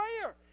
prayer